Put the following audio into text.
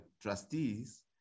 trustees